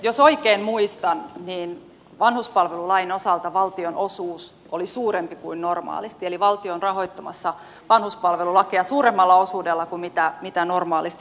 jos oikein muistan niin vanhuspalvelulain osalta valtionosuus oli suurempi kuin normaalisti eli valtio on rahoittamassa vanhuspalvelulakia suuremmalla osuudella kuin normaalisti